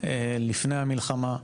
לפני המלחמה,